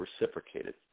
reciprocated